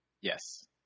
Yes